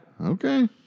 Okay